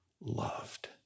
loved